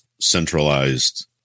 centralized